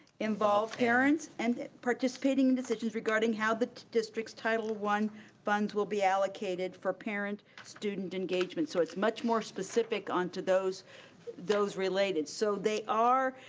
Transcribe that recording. involve parents and participating in decisions regarding how the district's title one funds will be allocated for parent, student engagement, so it's much more specific on to those those related, so they are.